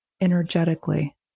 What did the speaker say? energetically